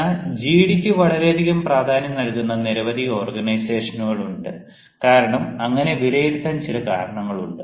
എന്നാൽ ജിഡിക്ക് വളരെയധികം പ്രാധാന്യം നൽകുന്ന നിരവധി ഓർഗനൈസേഷനുകൾ ഉണ്ട് കാരണം അങ്ങനെ വിലയിരുത്താൻ ചില കാര്യങ്ങളുണ്ട്